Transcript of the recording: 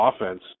offense